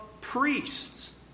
priests